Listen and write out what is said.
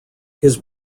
his